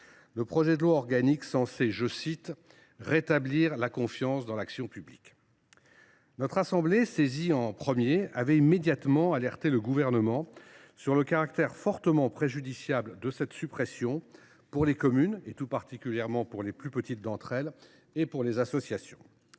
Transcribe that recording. le projet de loi organique censé « rétabli[r] la confiance dans l’action publique ». Notre assemblée, saisie en premier, avait immédiatement alerté le Gouvernement sur le caractère fortement préjudiciable de cette suppression pour les communes, notamment pour les plus petites d’entre elles, et pour les associations.